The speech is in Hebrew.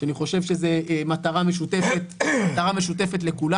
שאני חושב שזו מטרה משותפת לכולנו,